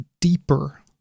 deeper